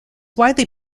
widely